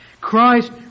Christ